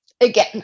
Again